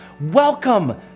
Welcome